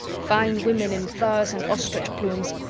fine women in furs and ostrich plumes,